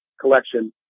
collection